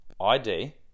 ID